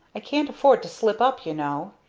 i can't afford to slip up, you know.